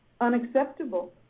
unacceptable